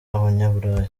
abanyaburayi